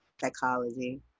psychology